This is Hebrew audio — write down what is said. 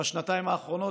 בשנתיים האחרונות.